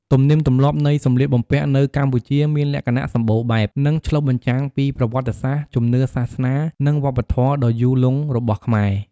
ទំនៀមទម្លាប់នៃសម្លៀកបំពាក់នៅកម្ពុជាមានលក្ខណៈសម្បូរបែប និងឆ្លុះបញ្ចាំងពីប្រវត្តិសាស្ត្រ ជំនឿសាសនា និងវប្បធម៌ដ៏យូរលង់របស់ខ្មែរ។